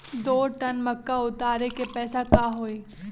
दो टन मक्का उतारे के पैसा का होई?